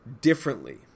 differently